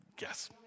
Yes